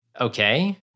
Okay